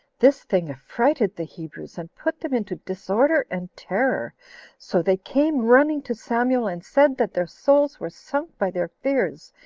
this thing affrighted the hebrews, and put them into disorder and terror so they came running to samuel, and said that their souls were sunk by their fears,